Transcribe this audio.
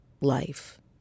life